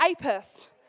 Apis